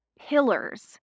pillars